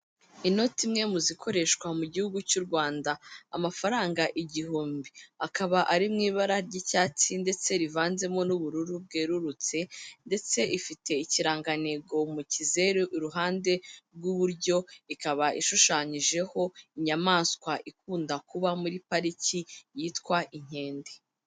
Inote imwe yo mu zikoreshwa mu gihugu cy'u Rwanda, amafaranga igihumbi akaba ari mu ibara ry'icyatsi ndetse rivanzemo n'ubururu bwerurutse ndetse ifite ikirangantego mu kizeru, iruhande rw'iburyo ikaba ishushanyijeho inyamaswa ikunda kuba muri pariki yitwa inkende.